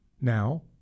now